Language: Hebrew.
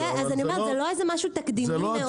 אבל זה לא --- אז אני אומרת שזה לא משהו תקדימי מאוד.